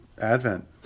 advent